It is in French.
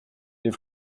les